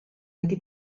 wedi